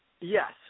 Yes